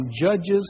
judges